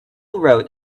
wrote